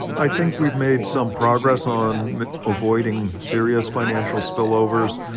i think we've made some progress on avoiding serious financial spillovers.